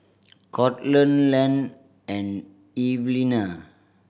Courtland Len and Evelina